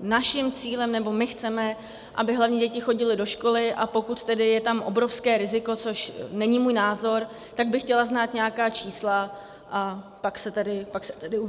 naším cílem, nebo my chceme, aby hlavně děti chodily do školy, a pokud je tam obrovské riziko, což není můj názor, tak bych chtěla znát nějaká čísla, a pak se tedy uvidí.